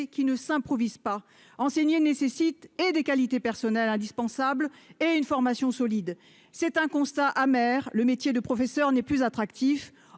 qui ne s'improvise pas. Enseigner nécessite tout à la fois des qualités personnelles indispensables et une formation solide. Constat amer, le métier de professeur n'est plus attractif,